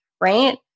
right